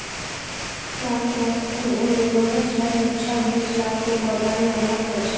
plant nursery उर जोगोह छर जेंछां बीज ला से पौधार निर्माण होछे